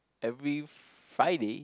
every Friday